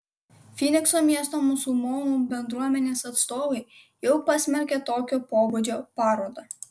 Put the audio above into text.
fynikso miesto musulmonų bendruomenės atstovai jau pasmerkė tokio pobūdžio parodą